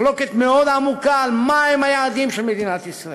מחלוקת מאוד עמוקה על היעדים של מדינת ישראל.